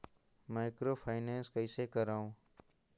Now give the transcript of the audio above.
Microfinance कइसे करव?